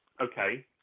Okay